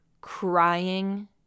crying